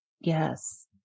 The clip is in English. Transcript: Yes